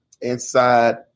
inside